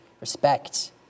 respect